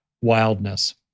Wildness